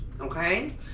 Okay